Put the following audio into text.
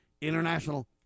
international